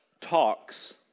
talks